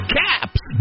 caps